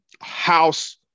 house